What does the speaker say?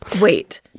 Wait